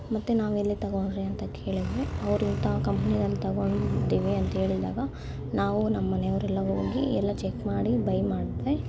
ಮತ್ತೆ ನಾವು ಎಲ್ಲಿ ತೊಗೊಂಡ್ರಿ ಅಂತ ಕೇಳಿದರೆ ಅವ್ರು ಇಂಥ ಕಂಪ್ನಿಯಲ್ಲಿ ತೊಗೊಂಡಿವಿ ಅಂಥೇಳಿದಾಗ ನಾವು ನಮ್ಮನೆಯವರೆಲ್ಲ ಹೋಗಿ ಎಲ್ಲ ಚೆಕ್ ಮಾಡಿ ಬೈ ಮಾಡಿದ್ವಿ